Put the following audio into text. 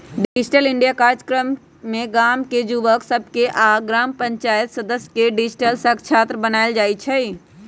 digital India काजक्रम में गाम के जुवक सभके आऽ ग्राम पञ्चाइत सदस्य के डिजिटल साक्षर बनाएल जाइ छइ